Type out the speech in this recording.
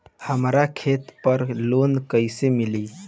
हमरा खेत पर लोन कैसे मिली?